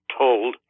told